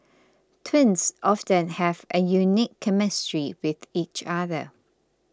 twins often have a unique chemistry with each other